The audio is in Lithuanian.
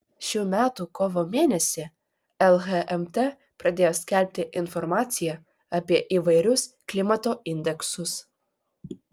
šių metų kovo mėnesį lhmt pradėjo skelbti informaciją apie įvairius klimato indeksus